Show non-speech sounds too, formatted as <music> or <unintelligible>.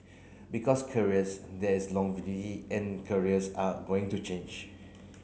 because careers there is <unintelligible> and careers are going to change